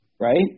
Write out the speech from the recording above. right